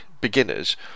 beginners